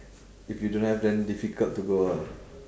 if you don't have then difficult to go ah